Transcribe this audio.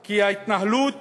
כי התנהלות